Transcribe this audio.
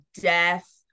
death